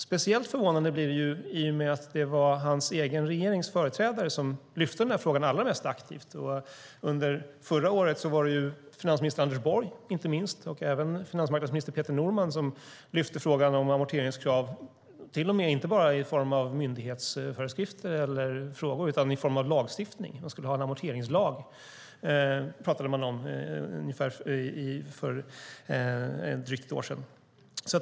Speciellt förvånande blir det i och med att det var hans egen regerings företrädare som lyfte den här frågan allra mest aktivt. Under förra året lyfte inte minst finansminister Anders Borg och även finansmarknadsminister Peter Norman fram frågan om amorteringskrav, inte bara i form av myndighetsföreskrifter utan även i form av lagstiftning. Man skulle ha en amorteringslag, pratade man om för drygt ett år sedan.